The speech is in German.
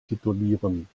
titulieren